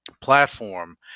platform